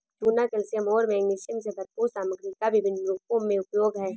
चूना कैल्शियम और मैग्नीशियम से भरपूर सामग्री का विभिन्न रूपों में उपयोग है